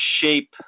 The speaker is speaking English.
shape